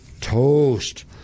toast